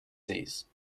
sees